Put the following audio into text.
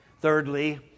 Thirdly